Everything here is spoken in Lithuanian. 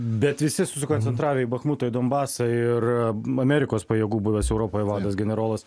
bet visi susikoncentravę į bachmutai į donbasą ir amerikos pajėgų buvęs europoj vadas generolas